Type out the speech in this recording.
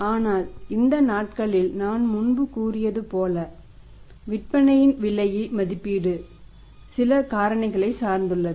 ஆனால் இந்த நாட்களில் நான் முன்பு கூறியது போல விற்பனை விலையில் மதிப்பிடு சில காரணிகளை சார்ந்துள்ளது